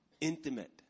intimate